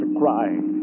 crying